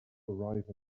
arrive